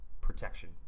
protection